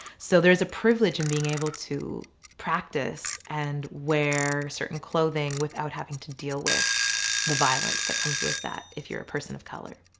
so there's a privilege in being able to practice and wear certain clothing without having to deal with the violence that comes with that if you're a person of colour.